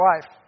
life